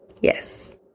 yes